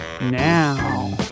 now